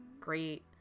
great